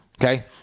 okay